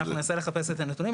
אנחנו ננסה לחפש את הנתונים,